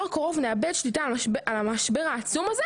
הקרוב נאבד שליטה על המשבר העצום הזה,